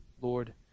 Lord